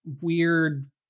weird